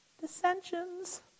dissensions